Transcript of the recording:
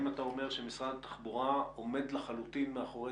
האם אתה אומר שמשרד התחבורה עומד לחלוטין מאחורי